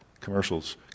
commercials